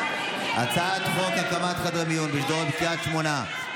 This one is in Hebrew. הצעת חוק הקמת חדרי מיון בשדרות ובקריית שמונה,